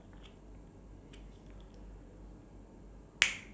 oh okay okay it's like those like one of those modern chairs is it